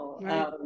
Right